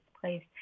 place